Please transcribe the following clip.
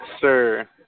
sir